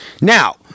Now